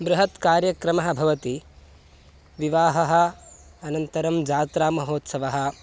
बृहत्कार्यक्रमः भवति विवाहः अनन्तरं जात्रामहोत्सवः